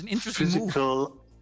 physical